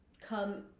come